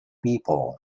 people